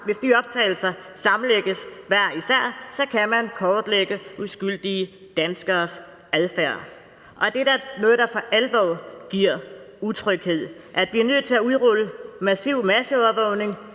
hvis de optagelser sammenlægges, kan man kortlægge uskyldige danskeres adfærd. Det er da noget, der for alvor giver utryghed, altså at vi er nødt til at udrulle massiv masseovervågning,